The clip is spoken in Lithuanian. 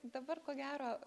dabar ko gero